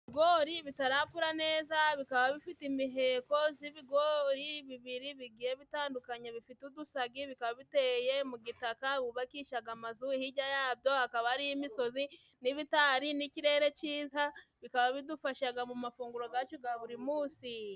Ibigori bitarakura neza bikaba bifite imiheko z'ibigori bibiri bigiye bitandukanye bifite udusagi bikaba biteye mu gitaka bubakishaga amazu hijya yabyo hakaba harih'imisozi n'ibitari n'ikirere ciza bikaba bidufashaga mu mafunguro gacu gaburi munsi.